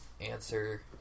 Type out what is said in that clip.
answer